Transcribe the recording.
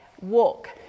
walk